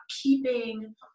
keeping